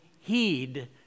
heed